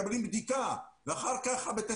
נציג או נציגת מל"ל נמצאים אתנו,